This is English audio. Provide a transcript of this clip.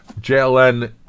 JLN